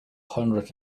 hundred